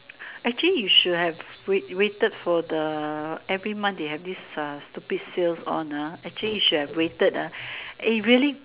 actually you should have wai~ waited for the every month they have this uh stupid sale on ah actually you should have waited ah eh really